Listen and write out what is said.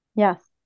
Yes